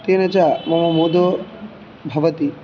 तेन च मम मोदो भवति